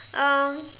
um